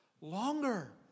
longer